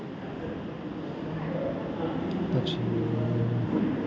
પછી